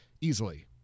easily